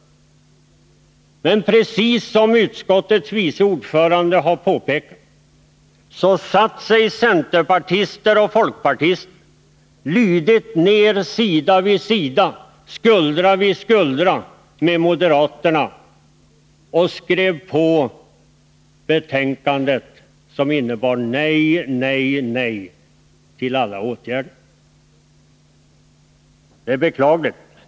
Men precis som utskottets vice ordförande har påpekat satte sig centerpartister och folkpartister lydigt ner skuldra vid skuldra med moderaterna och skrev under det betänkande som innebär nej, nej och åter nej till alla åtgärder. Det är beklagligt.